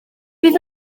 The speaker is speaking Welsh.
bydd